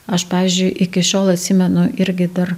aš pavyzdžiui iki šiol atsimenu irgi dar